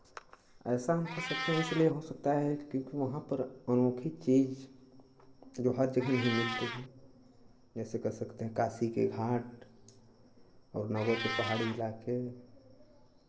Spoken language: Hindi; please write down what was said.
ऐसा हम कह सकते हैं कि इसलिए हो सकता है कि वहाँ पर अलौकिक चीज़ जो हर जगह नहीं मिलती है जैसे कह सकते हैं काशी के घाट और नौगढ़ के पहाड़ी इलाके